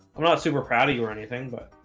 i'm not super proud of you or anything, but